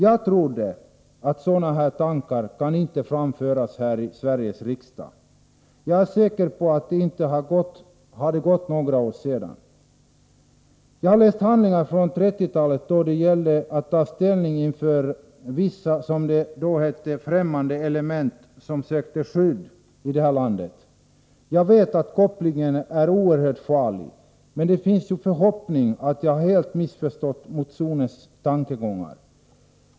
Jag trodde att sådana tankar inte kunde framföras här i Sveriges riksdag. Jag är säker på att det inte hade gått för några år sedan. Jag har läst handlingar från 1930-talet då det gällde att ta ställning till vissa, som det då hette, främmande element som sökte skydd i det här landet. Jag vet att kopplingen är oerhört farlig, men jag har en förhoppning om att jag helt missförstått motionens tankegångar.